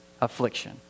affliction